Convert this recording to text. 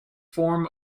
form